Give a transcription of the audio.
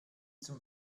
zum